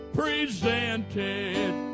presented